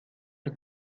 der